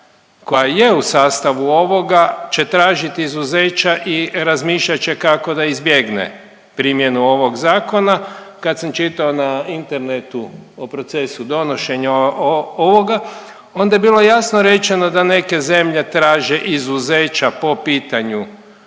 koja je u sastavu ovoga će tražiti izuzeća i razmišljat će kako da izbjegne primjenu ovog zakona, kad sam čitao na internetu o procesu donošenja ovoga, onda je bilo jasno rečeno da neke zemlje traže izuzeća po pitanju